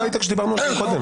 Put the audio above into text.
ההתאמה הייתה כשדיברנו מקודם.